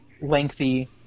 lengthy